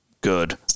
good